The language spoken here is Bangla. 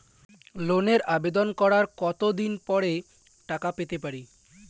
লোনের আবেদন করার কত দিন পরে টাকা পেতে পারি?